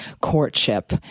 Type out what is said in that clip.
courtship